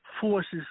forces